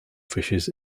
fishes